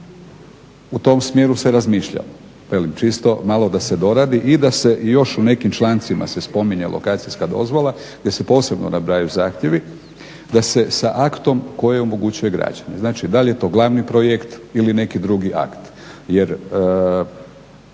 u tom smjeru se razmišljalo, velim čisto malo da se doradi i da se još u nekim člancima se spominjalo lokacijska dozvola gdje se posebno nabrajaju zahtjevi, da se sa aktom koji omogućuje građenje. Znači, da li je to glavni projekt ili neki drugi akt jer